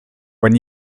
when